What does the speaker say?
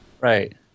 right